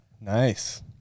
Nice